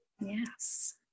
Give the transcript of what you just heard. Yes